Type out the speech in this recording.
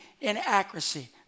inaccuracy